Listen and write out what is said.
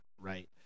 right